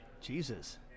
Jesus